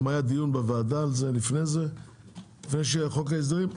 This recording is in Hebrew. וגם היה דיון בוועדה על כך לפני שהיה חוק ההסדרים.